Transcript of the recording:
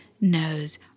knows